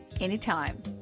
anytime